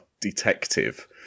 detective